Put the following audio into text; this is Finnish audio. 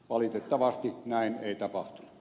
valitettavasti näin ei tapahtu o